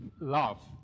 love